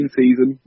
season